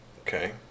Okay